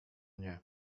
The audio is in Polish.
nie